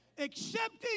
Accepting